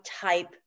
type